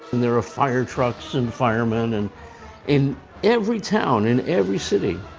and there are fire trucks and firemen. and in every town, in every city,